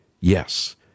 Yes